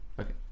Okay